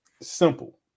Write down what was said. Simple